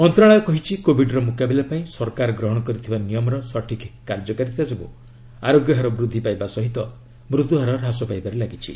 ମନ୍ତ୍ରଣାଳୟ କହିଛି କୋବିଡ୍ର ମୁକାବିଲା ପାଇଁ ସରକାର ଗ୍ରହଣ କରିଥିବା ନିୟମର ସଠିକ୍ କାର୍ଯ୍ୟକାରିତା ଯୋଗୁଁ ଆରୋଗ୍ୟ ହାର ବୃଦ୍ଧି ପାଇବା ସହ ମୃତ୍ୟୁହାର ହ୍ରାସ ପାଇବାରେ ଲାଗିଛି